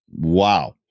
Wow